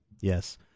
Yes